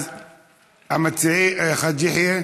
חאג' יחיא?